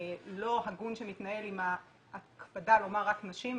הלא הגון שמתנהל עם ההקפדה לומר רק נשים,